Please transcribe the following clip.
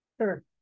Sure